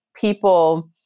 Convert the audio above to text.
people